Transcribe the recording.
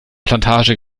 plantage